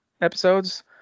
episodes